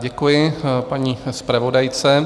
Děkuji paní zpravodajce.